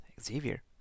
Xavier